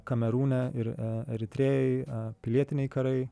kamerūne ir eritrėjoj pilietiniai karai